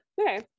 okay